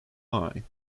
line